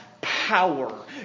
power